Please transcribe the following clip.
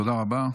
תודה רבה.